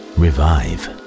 revive